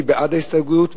מי בעד ההסתייגות?